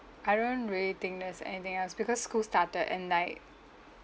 I don't really think there's anything else because school started and like